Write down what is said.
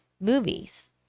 movies